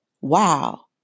wow